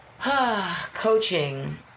coaching